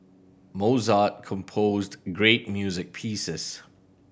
Mozart composed great music pieces